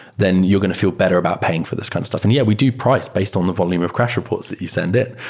then you're going to feel better about paying for this kind of stuff. and yeah, we do price based on the volume of crash reports that you send in.